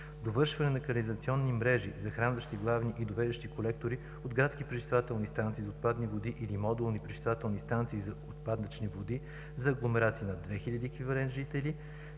довършване на канализационни мрежи, захранващи главни и довеждащи колектори до градски пречиствателни станции за отпадни води или модулни пречиствателни станции за отпадъчни води за агломерации над 2 хил.